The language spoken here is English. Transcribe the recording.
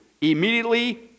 Immediately